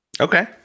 Okay